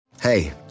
Hey